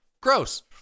Gross